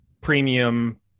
premium